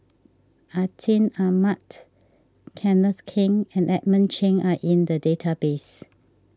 Atin Amat Kenneth Keng and Edmund Cheng are in the database